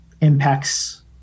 impacts